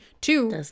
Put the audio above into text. Two